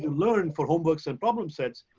learn for homeworks and problem sets.